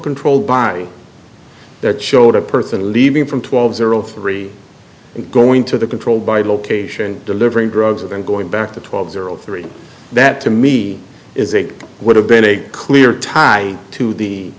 controlled by that showed a person leaving from twelve zero three and going to the control by location delivering drugs of him going back to twelve zero three that to me is it would have been a clear tie to the